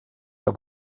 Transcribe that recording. der